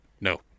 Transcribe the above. No